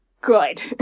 good